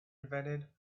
invented